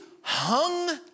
hung